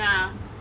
ya